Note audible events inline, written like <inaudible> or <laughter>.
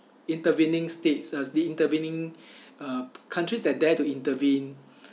intervening states uh s~ the intervening <breath> uh countries that dare to intervene